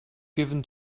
given